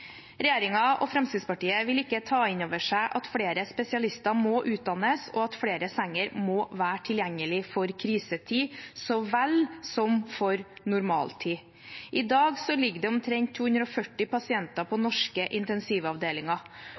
og Fremskrittspartiet vil ikke ta inn over seg at flere spesialister må utdannes, og at flere senger må være tilgjengelige, for krisetid så vel som for normaltid. I dag ligger det omtrent 240 pasienter på norske intensivavdelinger.